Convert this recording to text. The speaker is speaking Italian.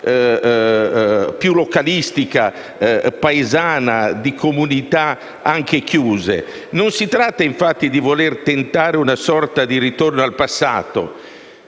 più localistica e paesana di comunità anche chiuse. Non si tratta di voler tentare una sorta di ritorno al passato,